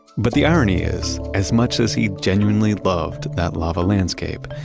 but the irony is, as much as he genuinely loved that lava landscape,